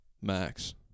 Max